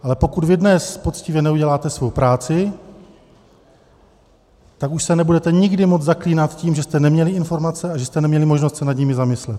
Ale pokud vy dnes poctivě neuděláte svou práci, tak už se nebudete nikdy moci zaklínat tím, že jste neměli informace a že jste neměli možnost se nad nimi zamyslet.